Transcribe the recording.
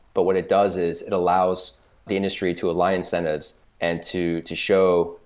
but what it does is it allows the industry to align incentives and to to show,